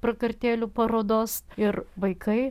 prakartėlių parodos ir vaikai